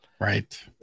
right